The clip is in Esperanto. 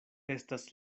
estas